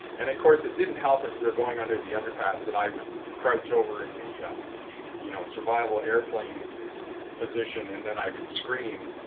and of course it didn't help as we were going under the underpass that i would crouch over in the you know survival airplane position and then i would scream